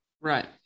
Right